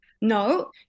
No